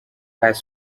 has